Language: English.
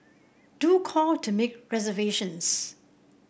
do call to make reservations